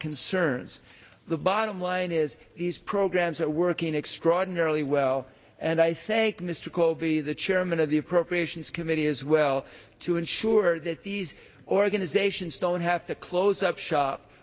concerns the bottom line is these programs are working extraordinarily well and i thank mr colby the chairman of the appropriations committee as well to ensure that these organizations don't have to close up shop